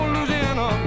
Louisiana